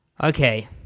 Okay